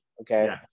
Okay